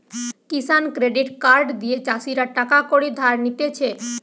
কিষান credit card দিয়ে চাষীরা টাকা কড়ি ধার নিতেছে